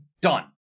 done